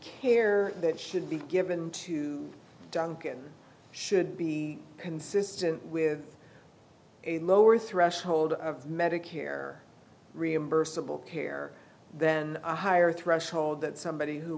care that should be given to duncan should be consistent with a lower threshold of medicare reimbursable care then a higher threshold that somebody who